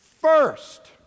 first